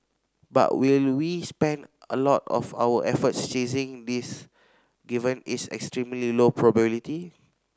but will we spend a lot of our efforts chasing this given its extremely low probability